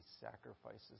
sacrifices